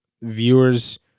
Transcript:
viewers